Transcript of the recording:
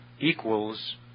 equals